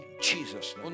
Jesus